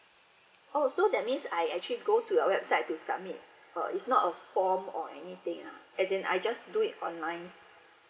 oh so that means I actually go to your website to submit is not a form or anything lah is I just do it online